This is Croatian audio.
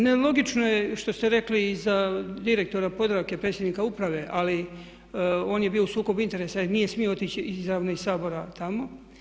Nelogično je što ste rekli i za direktora Podravke, predsjednika Uprave ali on je bio u sukobu interesa, jer nije smio otići izravno iz Sabora tamo.